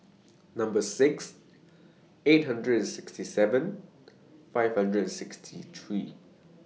Number six eight hundred and sixty seven five hundred and sixty three